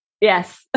Yes